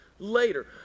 later